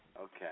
Okay